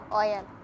oil